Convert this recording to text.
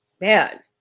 Man